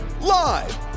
live